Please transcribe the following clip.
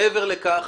מעבר לכך,